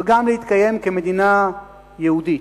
וגם להתקיים כמדינה יהודית.